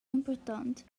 impurtont